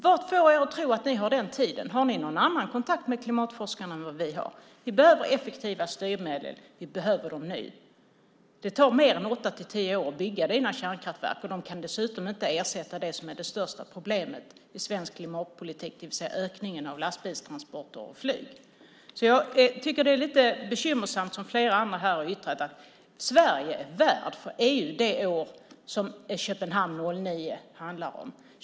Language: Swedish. Vad får er att tro att ni har den tiden? Har ni någon annan kontakt med klimatforskarna än vad vi har? Vi behöver effektiva styrmedel, och vi behöver dem nu. Det tar mer än åtta-tio år att bygga dina kärnkraftverk. De kan dessutom inte ersätta det som är det största problemet i svensk klimatpolitik, det vill säga ökningen av lastbilstransporter och flyg. Jag tycker att det är lite bekymmersamt, som flera andra här har yttrat, att Sverige är värd för EU det år som Köpenhamn 09 äger rum.